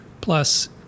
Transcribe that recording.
plus